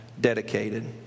dedicated